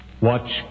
Watch